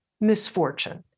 misfortune